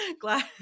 glad